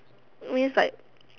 means like